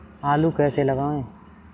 आलू कैसे लगाएँ?